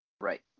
Right